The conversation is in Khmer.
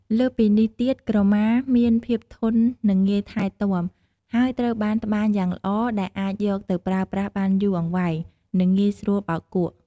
លើសពីនេះទៀតក្រមាមានភាពធន់ និងងាយថែទាំ ហើយត្រូវបានត្បាញយ៉ាងល្អដែលអាចយកទៅប្រើប្រាស់បានយូរអង្វែង និងងាយស្រួលបោកគក់។